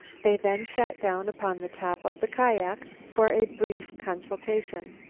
they then sat down upon the top of the kiak for a brief consultation.